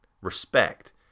respect